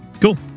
Cool